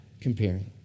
comparing